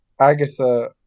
Agatha